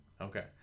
Okay